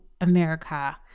America